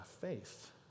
faith